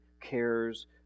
cares